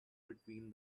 between